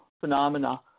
phenomena